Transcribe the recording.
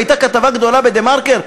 והייתה כתבה גדולה ב"דה-מרקר",